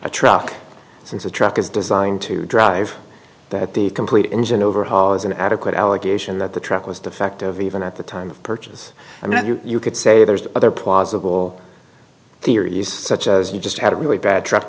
a truck since the truck is designed to drive that the complete engine overhaul is an adequate allegation that the truck was defective even at the time of purchase i mean you could say there's other plausible theories such as you just had a really bad truck